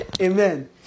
Amen